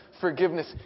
forgiveness